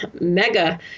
mega